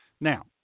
Now